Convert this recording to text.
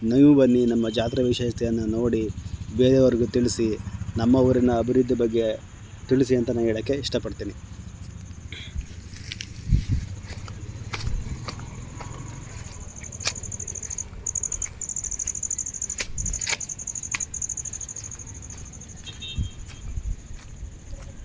ನೀವು ಬನ್ನಿ ನಮ್ಮ ಜಾತ್ರೆಯ ವಿಶೇಷತೆಯನ್ನು ನೋಡಿ ಬೇರೆಯವ್ರಿಗೂ ತಿಳಿಸಿ ನಮ್ಮ ಊರಿನ ಅಭಿವೃದ್ಧಿ ಬಗ್ಗೆ ತಿಳಿಸಿ ಅಂತಲೂ ಹೇಳೋಕ್ಕೆ ಇಷ್ಟಪಡ್ತೀನಿ